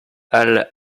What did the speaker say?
halle